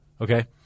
Okay